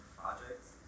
projects